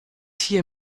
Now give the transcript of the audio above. hier